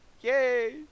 yay